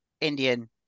Indian